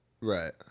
Right